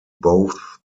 both